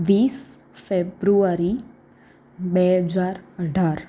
વીસ ફેબ્રુઆરી બે હજાર અઢાર